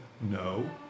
no